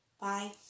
Bye